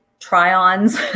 try-ons